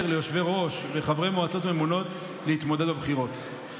ליושבי-ראש וחברי מועצות ממונות להתמודד בבחירות.